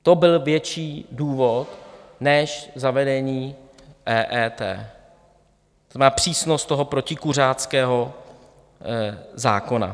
To byl větší důvod než zavedení EET, to znamená, přísnost toho protikuřáckého zákona.